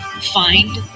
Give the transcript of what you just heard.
find